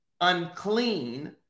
unclean